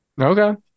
Okay